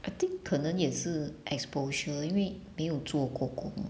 I think 可能也是 exposure 因为没有做过工